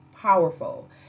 powerful